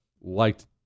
liked